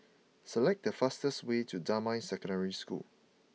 select the fastest way to Damai Secondary School